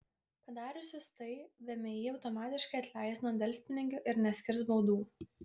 padariusius tai vmi automatiškai atleis nuo delspinigių ir neskirs baudų